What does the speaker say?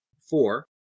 four